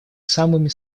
самыми